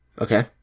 Okay